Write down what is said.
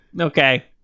Okay